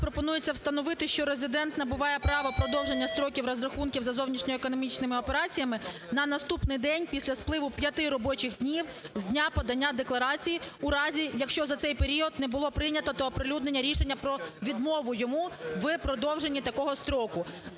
пропонується встановити, що резидент набуває права продовження строків розрахунків за зовнішньоекономічними операціями на наступний день після спливу 5 робочих днів з дня подання декларації в разі, якщо за цей період не було прийнято та оприлюднено рішення про відмову йому в продовженні такого строку.